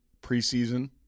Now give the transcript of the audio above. preseason